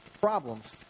problems